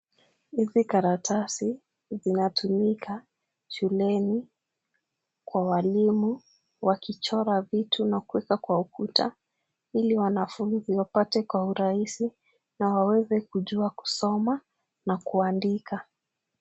Hizi karatasi zinatumika shuleni kwa walimu, wakichora vitu na kuweka kwa ukuta, ili wanafunzi wapate kwa urahisi na waweze kujua kusoma na kuandika.